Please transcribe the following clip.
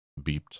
beeped